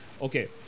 Okay